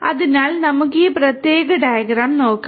അതിനാൽ നമുക്ക് ഈ പ്രത്യേക ഡയഗ്രം നോക്കാം